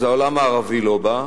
אז העולם הערבי לא בא.